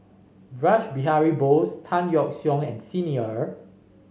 Rash Behari Bose Tan Yeok Seong and Xi Ni Er